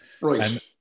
right